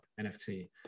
NFT